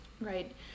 Right